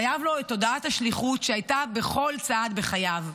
חייב לו את תודעת השליחות שהייתה בכל צעד בחייו,